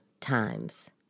times